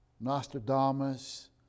Nostradamus